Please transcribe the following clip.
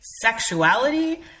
sexuality